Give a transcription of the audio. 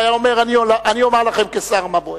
והיה אומר: אני אומר לכם כשר מה בוער.